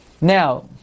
now